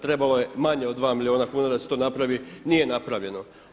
Trebalo je manje od 2 milijuna kuna da se to napravi, nije napravljeno.